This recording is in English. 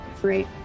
Great